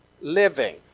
living